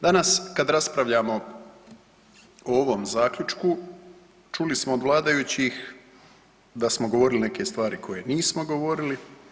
Danas kad raspravljamo o ovom zaključku čuli smo od vladajućih da smo govorili neke stvari koje nismo govorili.